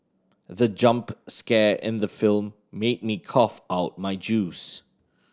the jump scare in the film made me cough out my juice